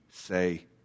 say